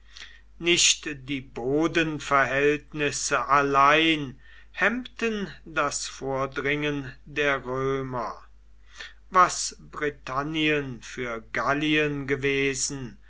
nicht die bodenverhältnisse allein hemmten das vordringen der römer was britannien für gallien gewesen